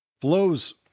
flows